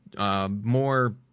more